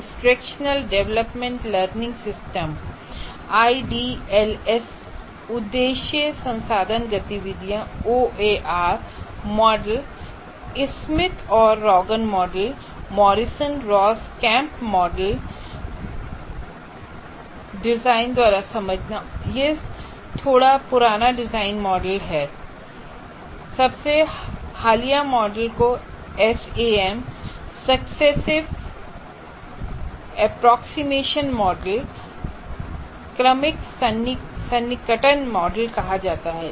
instructional development learning system IDLS उद्देश्य संसाधन गतिविधियाँ OAR मॉडल स्मिथ और Ragan model Morrison Ross Kemp model design द्वारा समझना यह एक थोड़ा पुरानाडिज़ाइन मॉडल है और सबसे हालिया मॉडल को SAM सक्सेसिव एप्रोक्सीमेशन मॉडलक्रमिक सन्निकटन मॉडल कहा जाता है